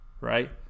right